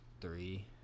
Three